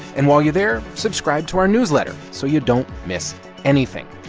and while you're there, subscribe to our newsletter so you don't miss anything.